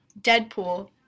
Deadpool